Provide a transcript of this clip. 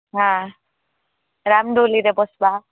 ହଁ ରାମ୍ ଦୋଳିରେ ବସିବା